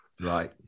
Right